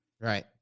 Right